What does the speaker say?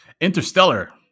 Interstellar